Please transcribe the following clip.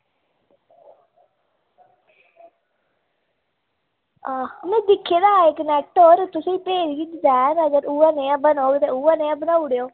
में दिक्खे दा इक्क होर में तुसें ई भेजगी तें तां अगर उऐ निहां बनग ते उऐ निहां बनाई ओड़ेओ